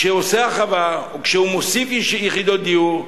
כשהוא עושה הרחבה או כשהוא מוסיף יחידות דיור,